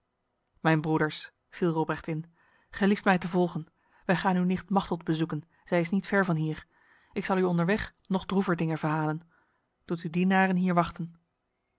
mijn broeders viel robrecht in gelieft mij te volgen wij gaan uw nicht machteld bezoeken zij is niet ver van hier ik zal u onderweg nog droever dingen verhalen doet uw dienaren hier wachten